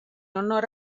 honor